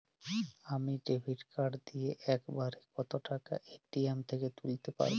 আমি debit card দিয়ে এক বারে কত টাকা এ.টি.এম থেকে তুলতে পারবো?